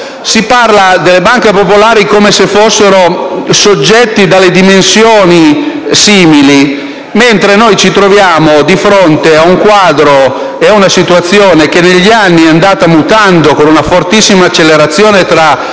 il loro ruolo, se ne parla come se fossero soggetti dalle dimensioni simili, mentre noi ci troviamo di fronte ad un quadro e a una situazione che negli anni è andata mutando, con una fortissima accelerazione tra